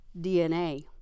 DNA